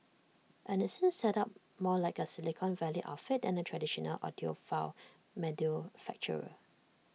and IT seems set up more like A Silicon Valley outfit than A traditional audiophile manufacturer